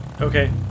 Okay